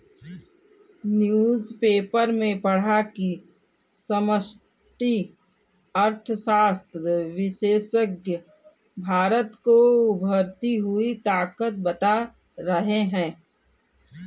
newspaper में पढ़ा की समष्टि अर्थशास्त्र विशेषज्ञ भारत को उभरती हुई ताकत बता रहे हैं